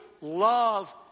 love